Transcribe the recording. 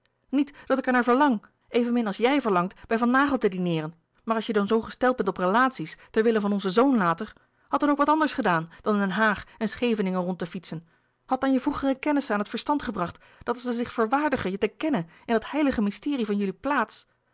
niet dat ik er naar verlang evenmin als jij verlangt bij van naghel te dineeren maar als je dan zoo gesteld bent op relaties ter wille van onzen zoon later hadt dan ook wat anders gedaan dan den haag en scheveningen rond te fietsen hadt dan je vroegere kennissen aan het verstand gebracht dat als ze zich verwaardigen je te kennen in dat heilige mysterie van jullie plaats